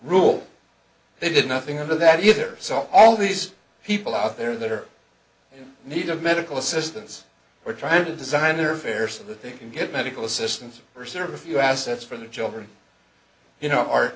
rule they did nothing of that either so all these people out there that are in need of medical assistance were trying to design their fare so that they can get medical assistance or serve a few assets for the children you know are